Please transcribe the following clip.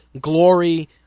Glory